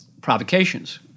provocations